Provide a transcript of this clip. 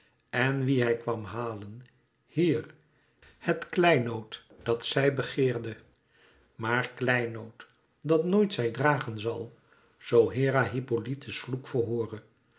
en wie hij kwam halen hier het kleinood dat zij begeerde maar kleinood dat nooit zij dragen zal zoo hera hippolyte's vloek verhoore